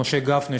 למשה גפני,